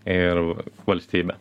ir valstybė